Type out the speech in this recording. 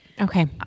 Okay